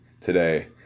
today